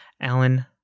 Alan